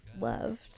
loved